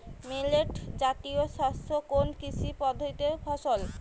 Millet জাতীয় শস্য কোন কৃষি পদ্ধতির ফসল?